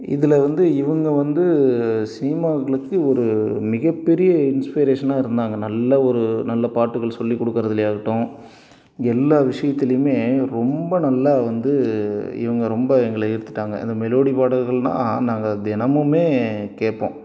இதில் வந்து இவங்க வந்து சினிமாக்களுக்கு ஒரு மிகப்பெரிய இன்ஸ்பிரேஷனா இருந்தாங்க நல்ல ஒரு நல்ல பாட்டுகள் சொல்லிக் கொடுக்கறதுல ஆகட்டும் எல்லா விஷயத்துலையுமே ரொம்ப நல்லா வந்து இவங்க ரொம்ப எங்களை ஈர்த்துட்டாங்க அந்த மெலோடி பாடல்கள்னா நாங்கள் தினமுமே கேட்போம்